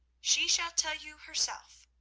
she shall tell you herself.